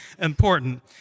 important